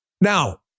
Now